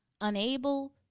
Unable